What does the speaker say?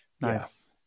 Nice